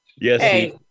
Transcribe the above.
Yes